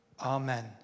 Amen